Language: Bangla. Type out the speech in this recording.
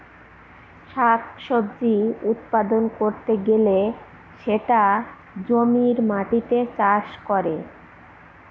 শাক সবজি উৎপাদন করতে গেলে সেটা জমির মাটিতে চাষ করে